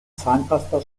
zahnpasta